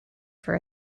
for